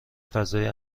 فضای